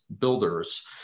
builders